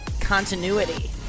continuity